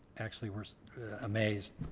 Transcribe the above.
actually we're amazed.